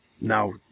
Now